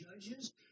judges